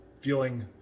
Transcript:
feeling